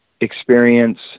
experience